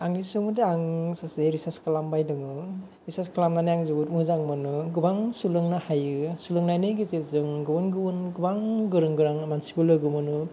आंनि सोमोन्दै आं सासे रिसार्च खालामबाय दोङो रिसार्च खालामनानै आं जोबोत मोजां मोनो गोबां सोलोंनो हायो सोलोंनायनि गेजेरजों गुबुन गुबु गोबां गोरों गोरा मानसिखौ लोगो मोनो